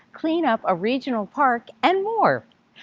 clean-up a regional park and more!